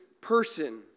person